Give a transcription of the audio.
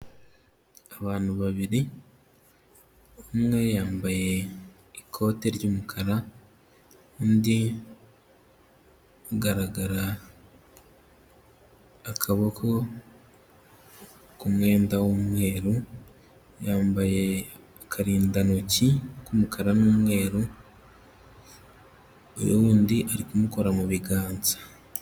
Abantu babiri umwe yambaye ikote ry'umukara, undi hagaragara akaboko k'umwenda w'umweru, yambaye akarindantoki k'umukara n'umweru, uyu wundi ari kumukora mu biganza.